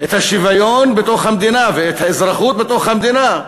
את השוויון בתוך המדינה ואת האזרחות בתוך המדינה,